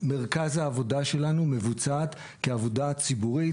מרכז העבודה שלנו מבוצעת כעבודה ציבורית,